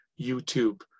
YouTube